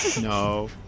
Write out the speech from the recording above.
No